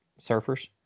surfers